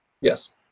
Yes